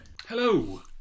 Hello